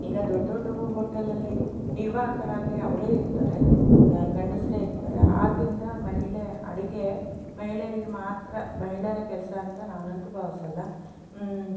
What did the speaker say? ಈಗ ದೊಡ್ಡ ದೊಡ್ಡ ಹೋಟೆಲಲ್ಲಿ ನಿರ್ವಾಹಕರಾಗಿ ಅವರೇ ಇರ್ತಾರೆ ಗಂಡಸರೇ ಇರ್ತಾರೆ ಆದ್ದರಿಂದ ಮಹಿಳೆ ಅಡಿಗೆ ಮಹಿಳೆಯರಿಗೆ ಮಾತ್ರ ಮಹಿಳೆಯರ ಕೆಲಸ ಅಂತ ನಾನಂತೂ ಭಾವಿಸಲ್ಲ